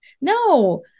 No